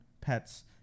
pets